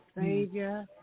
Savior